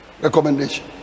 Recommendation